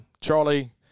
Charlie